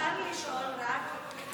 אפשר לשאול רק,